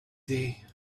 day